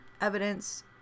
evidence